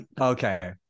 okay